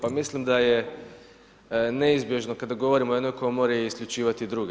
Pa mislim da je neizbježno, kada govorimo o jednoj komori, isključivati druge.